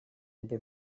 per